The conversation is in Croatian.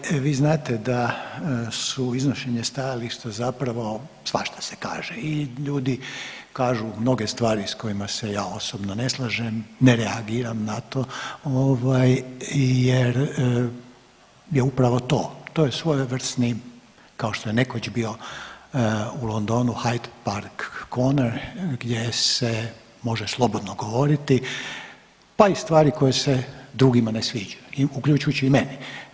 Kolegice Kekin vi znate da su iznošenje stajališta zapravo svašta se kaže i ljudi kažu mnoge stvari s kojima se ja osobno ne slažem, ne reagiram na to jer je upravo to, to je svojevrsni kao što je nekoć bio u Londonu Hyde Park Corner gdje se može slobodno govoriti pa i stvari koje se drugima ne sviđaju, uključujući i mene.